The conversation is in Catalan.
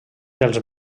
dels